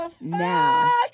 now